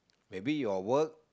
maybe your work